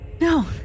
No